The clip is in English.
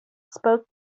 spoke